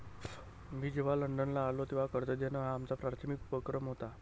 मी जेव्हा लंडनला आलो, तेव्हा कर्ज देणं हा आमचा प्राथमिक उपक्रम होता